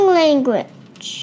language